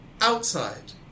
outside